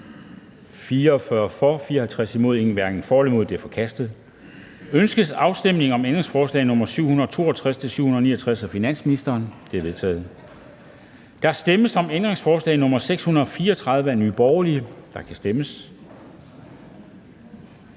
for eller imod stemte 0. Ændringsforslaget er forkastet. Ønskes afstemning om ændringsforslag nr. 762-769 af finansministeren? De er vedtaget. Der stemmes om ændringsforslag nr. 634 af NB, og der kan stemmes.